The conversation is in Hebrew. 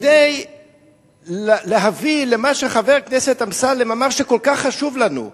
כדי להביא למה שחבר הכנסת אמסלם אמר שכל כך חשוב לנו.